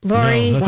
Lori